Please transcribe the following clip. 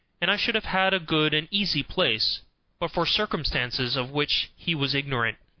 and i should have had a good and easy place but for circumstances of which he was ignorant.